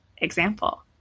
example